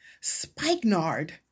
spikenard